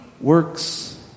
works